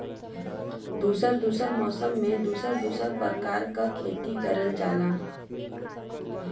दुसर दुसर मौसम में दुसर दुसर परकार के खेती कइल जाला